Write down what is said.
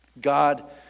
God